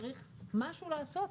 צריך משהו לעשות,